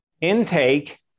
intake